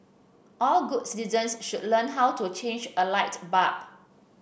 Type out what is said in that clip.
all good citizens should learn how to change a light bulb